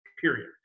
Period